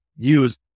Use